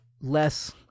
less